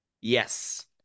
Yes